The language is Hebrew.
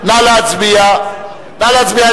נא לבדוק את עמדת